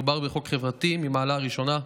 מדובר בחוק חברתי ממעלה ראשונה,